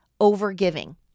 overgiving